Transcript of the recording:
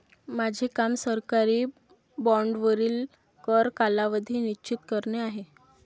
माझे काम सरकारी बाँडवरील कर कालावधी निश्चित करणे आहे